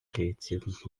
приоритетных